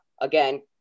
Again